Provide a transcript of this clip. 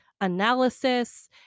analysis